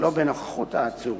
שלא בנוכחות העצור.